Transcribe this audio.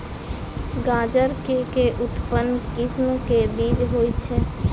गाजर केँ के उन्नत किसिम केँ बीज होइ छैय?